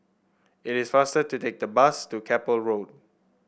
it is faster to take the bus to Keppel Road